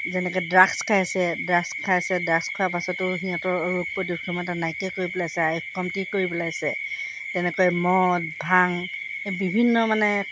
যেনেকৈ ড্ৰাগছ খাইছে ড্ৰাগছ খাইছে ড্ৰাগছ খোৱাৰ পাছতো সিহঁতৰ ৰোগ প্ৰতিৰোধ ক্ষমতা নাইকিয়া কৰি পেলাইছে আয়ুস কমটি কৰি পেলাইছে তেনেকৈ মদ ভাং বিভিন্ন মানে